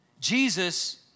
Jesus